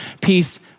peace